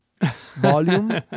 volume